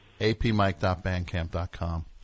apmike.bandcamp.com